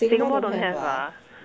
Singapore don't have ah